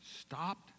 stopped